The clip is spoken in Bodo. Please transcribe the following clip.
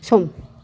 सम